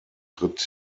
tritt